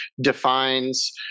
defines